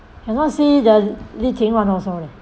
cannot see the li ting one also leh